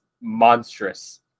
monstrous